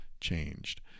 changed